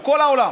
עם כל העולם,